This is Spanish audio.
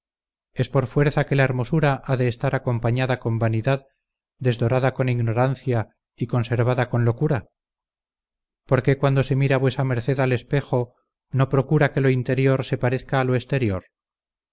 es por fuerza que la hermosura ha de estar acompañada con vanidad desdorada con ignorancia y conservada con locura por qué cuando se mira vuesa merced al espejo no procura que lo interior se parezca al exterior